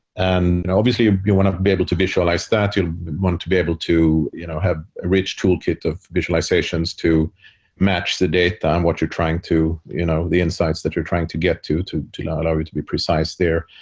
and and obviously, ah you want to be able to visualize that, you want to be able to you know have a rich toolkit of visualizations to match the data and what you're trying to you know the insights that you're trying to get to to now allow you to be precise there.